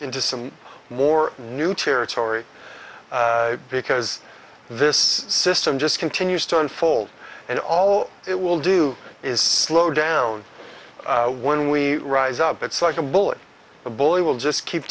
into some more new territory because this system just continues to unfold and all it will do is slow down when we rise up it's like a bully a bully will just keep